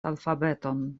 alfabeton